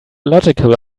illogical